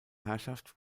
herrschaft